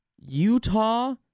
Utah